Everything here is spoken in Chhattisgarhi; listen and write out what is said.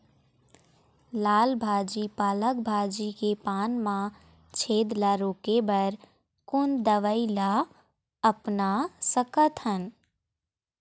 लाल भाजी पालक भाजी के पान मा छेद ला रोके बर कोन दवई ला अपना सकथन?